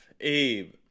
abe